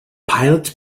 pilots